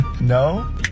No